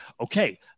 okay